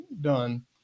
done